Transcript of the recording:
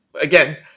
again